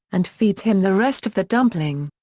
and feeds him the rest of the dumpling.